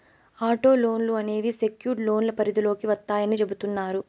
auto లోన్లు అనేవి secured లోన్ల పరిధిలోకి వత్తాయని చెబుతున్నారు